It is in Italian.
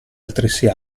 altresì